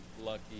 lucky